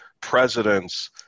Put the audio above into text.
presidents